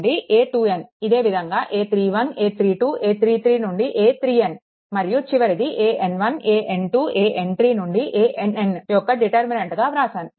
నుండి a2n ఇదే విధంగా a31 a32 a33 నుండి a3n మరియు చివరది an1 an2 an3 నుండి ann యొక్క డిటర్మినెంట్గా వ్రాసాను